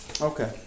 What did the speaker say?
Okay